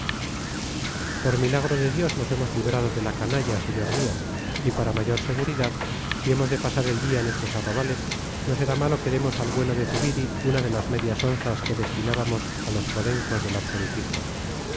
por milagro de dios nos hemos librado de la canalla señor mío y para mayor seguridad si hemos de pasar el día en estos arrabales no será malo que demos al bueno de zubiri una de las medias onzas que destinábamos a los podencos del absolutismo